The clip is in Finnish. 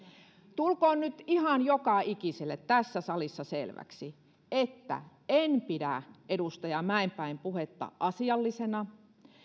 tulkoon nyt ihan joka ikiselle tässä salissa selväksi että en pidä edustaja mäenpään puhetta asiallisena